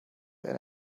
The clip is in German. eine